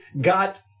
got